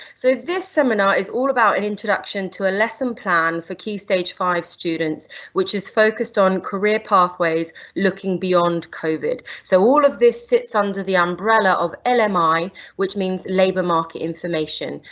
so this seminar is all about an introduction to a lesson plan for key stage five students which is focused on career pathways looking beyond covid, so all of this sits under the umbrella of um lmi, which means labour market information,